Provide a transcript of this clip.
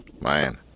Man